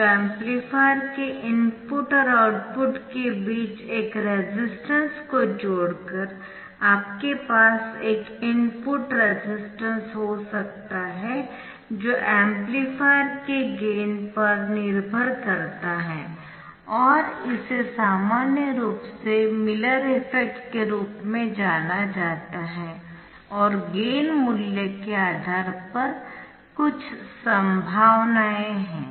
तो एम्पलीफायर के इनपुट और आउटपुट के बीच एक रेजिस्टेंस को जोड़कर आपके पास एक इनपुट रेजिस्टेंस हो सकता है जो एम्पलीफायर के गेन पर निर्भर करता है और इसे सामान्य रूप से मिलर इफ़ेक्ट के रूप में जाना जाता है और गेन मूल्य के आधार पर कुछ संभावनाएं है